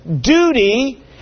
duty